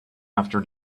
after